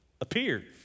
appeared